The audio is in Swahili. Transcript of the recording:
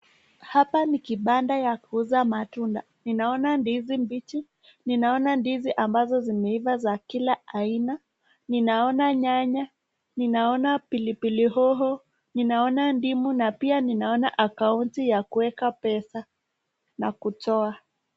Hapa ni kibanda ya kuuza matunda ninaona ndizi mbichi ,ninaona ndizi ambazo zimeiva za kila aina, ninaona nyanya, ninaona pilipili hoho, ninaona ndimu na pia ninaona akaunti ya kuweka pesa na kutoa.